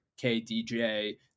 KDJ